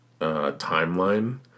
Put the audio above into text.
timeline